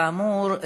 כאמור,